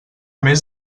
més